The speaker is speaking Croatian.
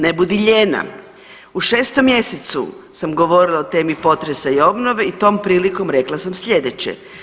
Ne budi lijena, u 6. mjesecu sam govorila o temi potresa i obnove i tom prilikom rekla sam slijedeće.